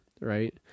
right